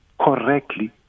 correctly